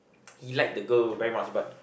he like the girl very much but